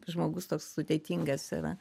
žmogus toks sudėtingas yra